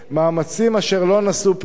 מאמצים אשר לא נשאו פרי.